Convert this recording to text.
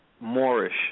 Moorish